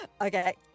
Okay